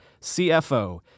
CFO